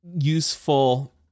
useful